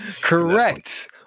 Correct